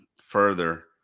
further